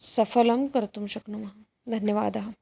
सफ़लं कर्तुं शक्नुमः धन्यवादः